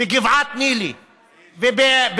בגבעת ניל"י ובאל-מראח,